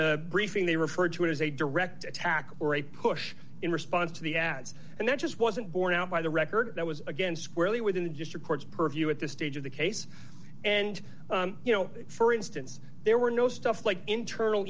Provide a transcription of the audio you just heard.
the briefing they referred to it as a direct attack or a push in response to the ads and that just wasn't borne out by the record i was again squarely within just records purview at this stage of the case and you know for instance there were no stuff like internal